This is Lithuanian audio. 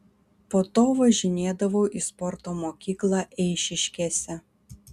po to važinėdavau į sporto mokyklą eišiškėse